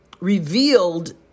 revealed